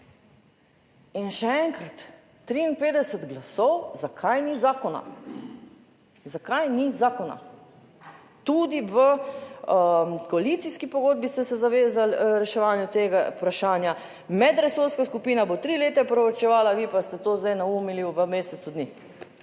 In še enkrat 53 glasov, zakaj ni zakona? Zakaj ni zakona? Tudi v koalicijski pogodbi ste se zavezali k reševanju tega vprašanja, medresorska skupina bo tri leta proučevala, vi pa ste to zdaj naumili v mesecu dni.